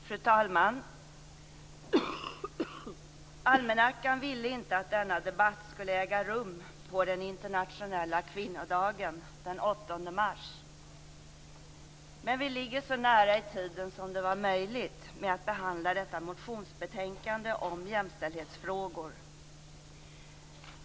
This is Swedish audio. Fru talman! Almanackan ville inte att denna debatt skulle äga rum på den internationella kvinnodagen den 8 mars, men vi ligger så nära i tiden som det var möjligt att behandla detta motionsbetänkande om jämställdhetsfrågor.